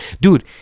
dude